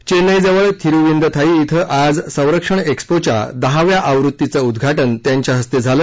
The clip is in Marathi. चेन्नई जवळ थिरुविंदथाई ॐ आज संरक्षण एक्स्पोच्या दहाव्या आवृत्तीचं उद्वाटन त्यांच्या हस्ते झालं